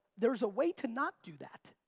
there's a way to not do that.